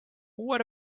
what